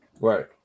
Right